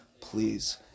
please